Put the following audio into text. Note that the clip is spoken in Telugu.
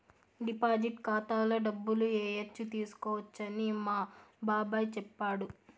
డిపాజిట్ ఖాతాలో డబ్బులు ఏయచ్చు తీసుకోవచ్చని మా బాబాయ్ చెప్పాడు